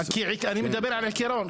אני מדבר על העיקרון,